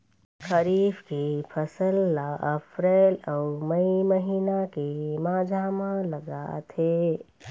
खरीफ के फसल ला अप्रैल अऊ मई महीना के माझा म लगाथे